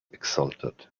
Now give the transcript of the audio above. exultant